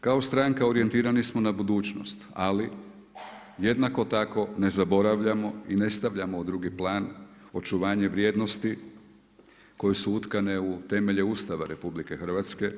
Kao stranka orijentirani smo na budućnost, ali jednako tako ne zaboravljamo i ne stavljamo u drugi plan očuvanje vrijednosti koje su utkane u temelje Ustava Republike Hrvatske.